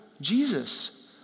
Jesus